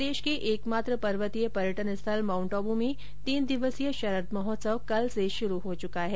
प्रदेश के एकमात्र पर्वतीय पर्यटन स्थल माउंटआबू में तीन दिवसीय शरद महोत्सव कल से शुरु हो चुका है